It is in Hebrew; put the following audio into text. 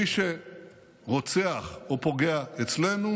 מי שרוצח או פוגע אצלנו